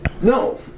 no